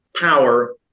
power